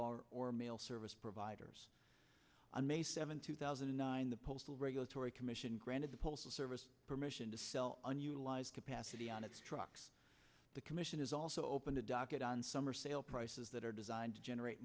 and or mail service providers on may seventh two thousand and nine the postal regulatory commission granted the postal service permission to sell a new lies capacity on its trucks the commission is also open to docket on summer sale prices that are designed to generate